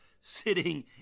sitting